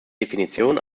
definition